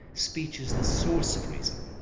speech is the source of reason,